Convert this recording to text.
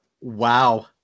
Wow